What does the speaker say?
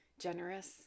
generous